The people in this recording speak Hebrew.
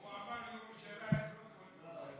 הוא אמר "ירושלים", לא "כל ירושלים".